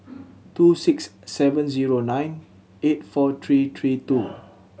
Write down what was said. two six seven zero nine eight four three three two